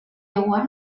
iowa